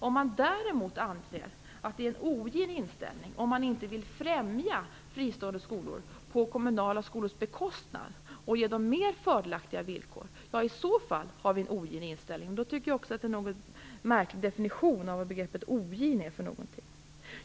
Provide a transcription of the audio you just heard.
Om man däremot anser att det är en ogin inställning om man inte vill främja fristående skolor på kommunala skolors bekostnad och genom mer fördelaktiga villkor, då har vi en ogin inställning. Då tycker jag att det också är en något märklig definition av vad begreppet ogin är för något.